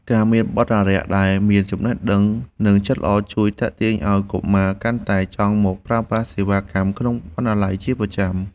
ការមានបណ្ណារក្សដែលមានចំណេះដឹងនិងចិត្តល្អ ជួយទាក់ទាញឱ្យកុមារកាន់តែចង់មកប្រើប្រាស់សេវាកម្មក្នុងបណ្ណាល័យជាប្រចាំ។